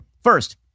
First